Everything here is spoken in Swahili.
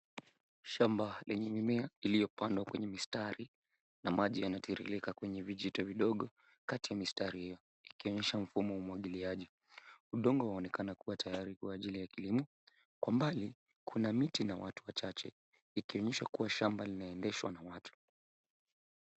Shamba lenye mimea iliyo pandwa kwenye mistari na maji yanatiririka kwenye vijito vidogo kati ya mistari hiyo ikionyesha mfumo wa umwagiliaji. Udongo unaonekana kuwa tayari kwa ajili ya kilimo. Kwa mbali kuna miti na watu wachache ikionyesha kuwa shamba linaendeshwa na watu.